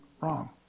wrong